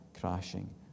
crashing